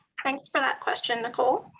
thanks for that question, nicole.